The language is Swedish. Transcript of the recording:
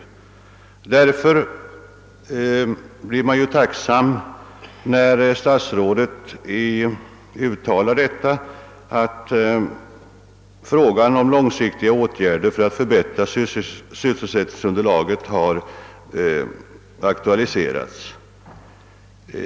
Därför blir man ju tacksam när statsrådet uttalar, att frågan om långsiktiga åtgärder för att förbättra sysselsättningsläget har aktualiserats.